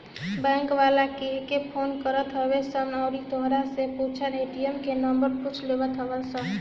bank वाला कहिके phone करत हवे सन अउरी तोहरा से सब ए.टी.एम के नंबर पूछ लेत हवन सन